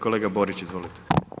Kolega Borić, izvolite.